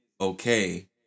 okay